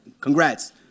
congrats